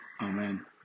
amen